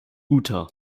utah